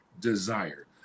desire